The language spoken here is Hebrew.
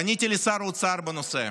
פניתי לשר האוצר בנושא,